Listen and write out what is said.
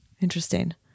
Interesting